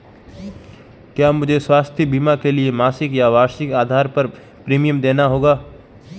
क्या मुझे स्वास्थ्य बीमा के लिए मासिक या वार्षिक आधार पर प्रीमियम देना होगा?